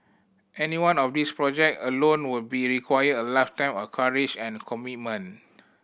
any one of these project alone would be required a lifetime of courage and commitment